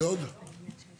והרבה בצורה מוצדקת.